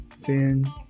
thin